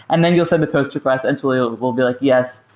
and then you'll send the post request and twilio will be like, yes,